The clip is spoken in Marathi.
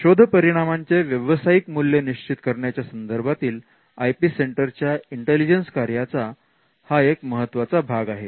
शोध परिणामांचे व्यावसायिक मूल्य निश्चित करण्याच्या संदर्भातील आय पी सेंटर च्या इंटेलिजन्स कार्याचा हा एक महत्त्वाचा भाग आहे